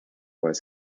was